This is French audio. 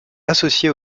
associé